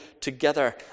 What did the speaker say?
together